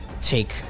take